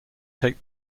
take